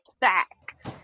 Back